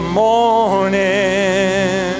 morning